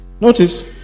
Notice